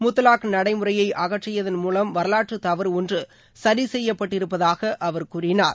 முத்தலாக் நடைமுறையை அகற்றியதன் மூலம் வரலாற்று தவறு ஒன்று சரி செய்யப்பட்டிருப்பதாக அவர் கூறினார்